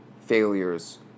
failures